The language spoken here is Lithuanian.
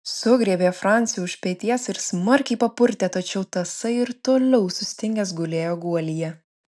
sugriebė francį už peties ir smarkiai papurtė tačiau tasai ir toliau sustingęs gulėjo guolyje